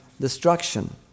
destruction